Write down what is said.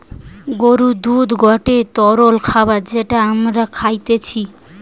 গরুর দুধ গটে তরল খাবার যেটা আমরা খাইতিছে